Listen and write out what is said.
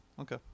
okay